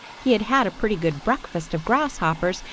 he had had a pretty good breakfast of grasshoppers,